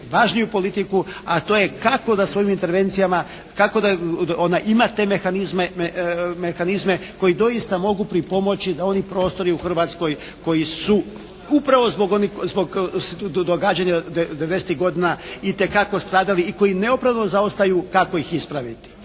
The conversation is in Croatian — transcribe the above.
važniju politiku, a to je kako da svojim intervencijama, kako da ona ima te mehanizme koji doista mogu pripomoći da oni prostori u Hrvatskoj koji su upravo zbog događanja devedesetih godina itekako stradali i koji neopravdano zaostaju kako ih ispraviti.